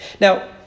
Now